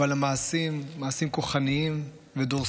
אבל המעשים, מעשים כוחניים ודורסניים.